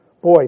Boy